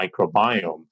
microbiome